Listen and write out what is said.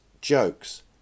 jokes